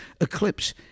eclipse